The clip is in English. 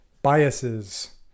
biases